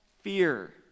fear